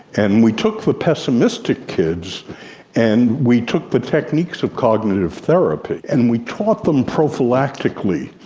and we took the pessimistic kids and we took the techniques of cognitive therapy and we taught them prophylactically.